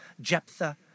Jephthah